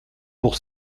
pour